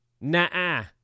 nah